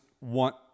want